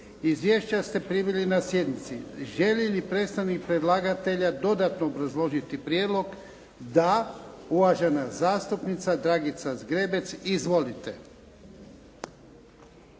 Izvješća ste primili na sjednici. Želi li predstavnik predlagatelja dodatno obrazložiti prijedlog? Da. Uvažena zastupnica Dragica Zgrebec. Izvolite.